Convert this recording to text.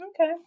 Okay